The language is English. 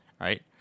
right